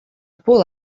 pull